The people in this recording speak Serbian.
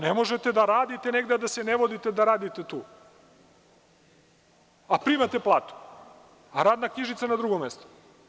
Ne možete da radite negde, a da se ne vodite da radite tu, a primate plate, a radna knjižica na drugom mestu.